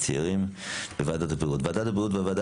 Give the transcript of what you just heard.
צעירים ולוועדת הבריאות: 1. ועדת הבריאות והוועדה